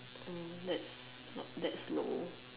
hmm that's not that's low